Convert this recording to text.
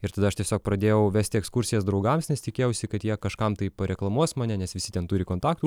ir tada aš tiesiog pradėjau vesti ekskursijas draugams nes tikėjausi kad jie kažkam tai pareklamuos mane nes visi ten turi kontaktų